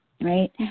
Right